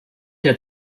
der